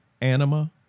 Anima